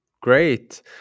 Great